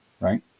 right